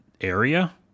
area